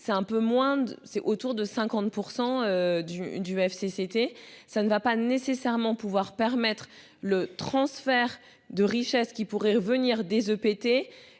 C'est un peu moins, c'est autour de 50% du du FC c'était ça ne va pas nécessairement pouvoir permettre le transfert de richesses qui pourrait venir des EPT